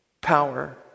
power